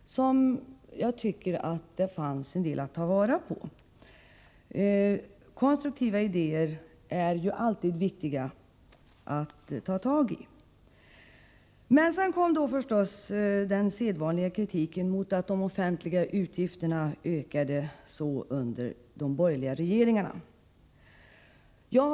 Jag tycker att det fanns ett och annat att ta vara på där. Konstruktiva idéer är det ju alltid viktigt att ta tag i. Men sedan kom förstås den sedvanliga kritiken mot att de statliga utgifterna ökade så under de borgerliga regeringarnas tid.